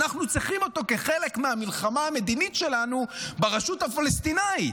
אנחנו צריכים אותו כחלק מהמלחמה המדינית שלנו ברשות הפלסטינית?